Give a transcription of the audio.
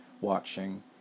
watching